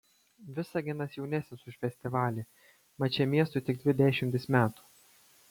visaginas jaunesnis už festivalį mat šiam miestui tik dvi dešimtys metų